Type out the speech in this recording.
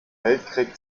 weltkrieg